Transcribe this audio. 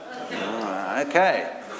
Okay